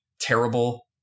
terrible